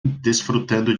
desfrutando